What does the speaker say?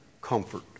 comfort